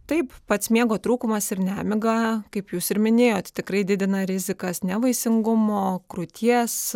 taip pats miego trūkumas ir nemiga kaip jūs ir minėjot tikrai didina rizikas nevaisingumo krūties